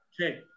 okay